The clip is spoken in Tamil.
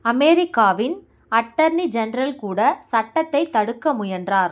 அமெரிக்காவின் அட்டர்னி ஜென்ரல் கூட சட்டத்தைத் தடுக்க முயன்றார்